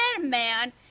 man